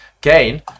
gain